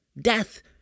Death